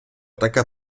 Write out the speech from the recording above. така